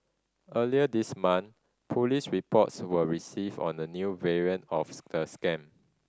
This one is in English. earlier this month police reports were received on a new variant of the scam